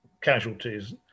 casualties